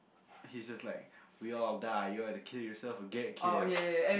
he's just like we all die you either kill yourself or get killed